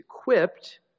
equipped